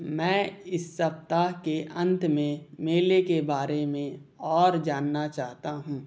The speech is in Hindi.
मैं इस सप्ताह के अंत में मेले के बारे में और जानना चाहता हूँ